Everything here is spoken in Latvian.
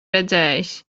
redzējis